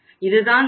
இதுதான் அது